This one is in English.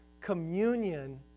communion